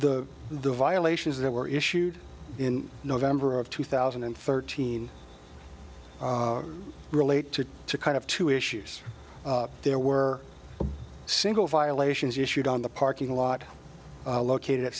the the violations that were issued in november of two thousand and thirteen relate to to kind of two issues there were single violations issued on the parking lot located at